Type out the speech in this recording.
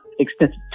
Extensive